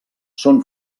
són